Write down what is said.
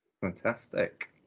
Fantastic